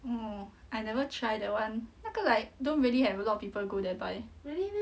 orh I never try that one 那个 like don't really have a lot of people go there buy